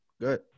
good